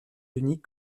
unis